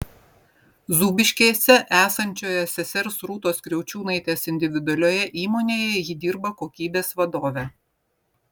zūbiškėse esančioje sesers rūtos kriaučiūnaitės individualioje įmonėje ji dirba kokybės vadove